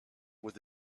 with